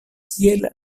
kiel